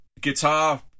guitar